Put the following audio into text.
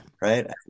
Right